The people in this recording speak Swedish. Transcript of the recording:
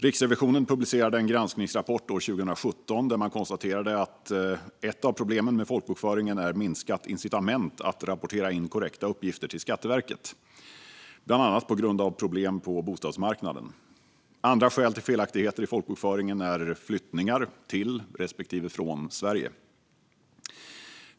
Riksrevisionen publicerade år 2017 en granskningsrapport där man konstaterade att ett av problemen med folkbokföringen är minskat incitament att rapportera in korrekta uppgifter till Skatteverket, bland annat på grund av problem på bostadsmarknaden. Andra skäl till felaktigheter i folkbokföringen är flyttningar till respektive från Sverige.